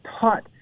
taught